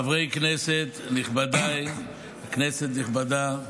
חברי כנסת, נכבדיי, כנסת נכבדה,